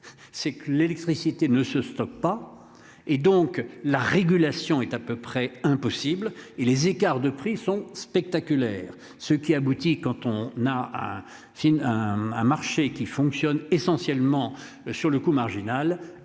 C'est que l'électricité ne se stocke pas. Et donc la régulation est à peu près impossible et les écarts de prix sont spectaculaires. Ce qui aboutit, quand on a un signe, un, un marché qui fonctionne essentiellement sur le coût marginal